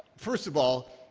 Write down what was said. first of all,